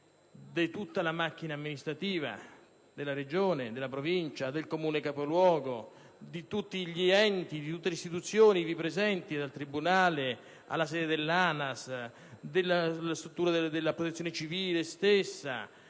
di tutta la macchina amministrativa della Regione, della Provincia, del Comune capoluogo, di tutti gli enti e le istituzioni ivi presenti, dal tribunale alla sede dell'ANAS, dalla struttura della Protezione civile stessa